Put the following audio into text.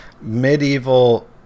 Medieval